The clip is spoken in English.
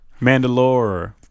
Mandalore